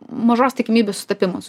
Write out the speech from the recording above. mažos tikimybės sutapimas